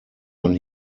man